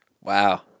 Wow